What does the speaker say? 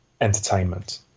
entertainment